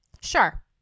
Sure